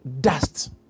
dust